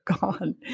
gone